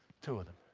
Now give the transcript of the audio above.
two of them.